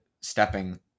stepping